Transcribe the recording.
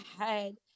ahead